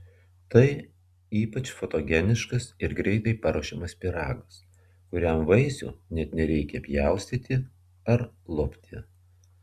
tai ypač fotogeniškas ir greitai paruošiamas pyragas kuriam vaisių net nereikia pjaustyti ar lupti